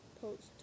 post